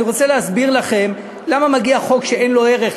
אני רוצה להסביר לכם למה מגיע חוק שאין לו ערך,